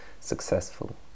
successful